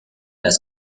las